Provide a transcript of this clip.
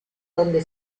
donde